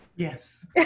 Yes